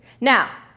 Now